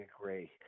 agree